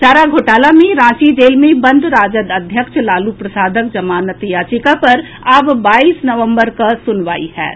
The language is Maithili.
चारा घोटाला मे रांची जेल मे बंद राजद अध्यक्ष लालू प्रसादक जमानत याचिका पर आब बाईस नवम्बर कऽ सुनवाई होयत